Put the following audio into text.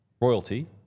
royalty